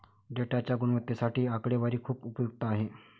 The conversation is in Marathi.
डेटाच्या गुणवत्तेसाठी आकडेवारी खूप उपयुक्त आहे